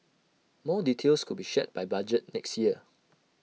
more details could be shared by budget next year